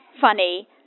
funny